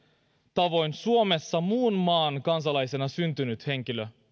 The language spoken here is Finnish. tavoin suomessa muun maan kansalaisena syntynyt henkilö